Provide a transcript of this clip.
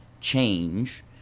change